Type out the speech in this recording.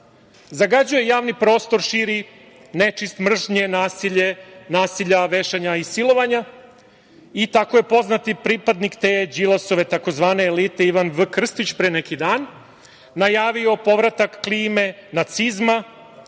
zagađuje javni prostor, širi nečist mržnje, nasilja, vešanja i silovanja i tako je poznati pripadnik te Đilasove tzv. elite Ivan V. Krstić pre neki dan najavio povratak klime nacizma